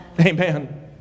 Amen